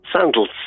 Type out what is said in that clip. sandals